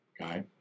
Okay